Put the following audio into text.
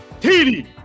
TD